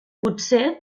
potser